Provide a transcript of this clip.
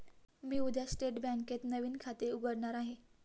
मी उद्या स्टेट बँकेत नवीन बचत खाते उघडणार आहे